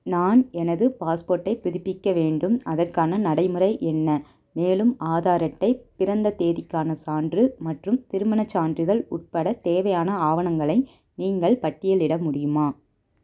நான் எனது பாஸ்போர்ட்டை புதுப்பிக்க வேண்டும் அதற்கான நடைமுறை என்ன மேலும் ஆதார் அட்டை பிறந்த தேதிக்கான சான்று மற்றும் திருமணச் சான்றிதழ் உட்பட தேவையான ஆவணங்களை நீங்கள் பட்டியலிட முடியுமா